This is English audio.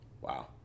Wow